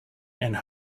and